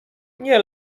nie